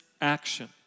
action